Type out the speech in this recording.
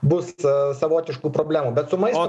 bus savotiškų problemų bet su maistu